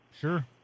Sure